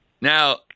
Now